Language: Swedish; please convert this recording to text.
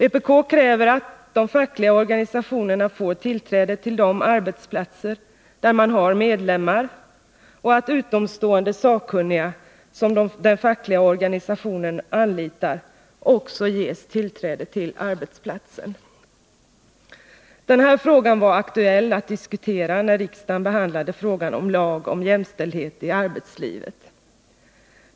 Vpk kräver att de fackliga organisationerna får tillträde till de arbetsplatser där organisationerna har medlemmar och att utomstående sakkunniga som de fackliga organisationerna anlitar också ges tillträde till arbetsplatsen. Den här frågan var aktuell när riksdagen behandlade lagen om jämställdhet i arbetslivet.